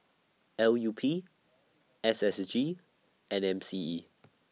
L U P S S G and M C E